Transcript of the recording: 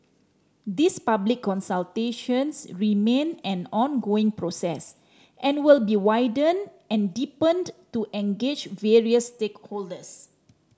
these public consultations remain an ongoing process and will be widened and deepened to engage various stakeholders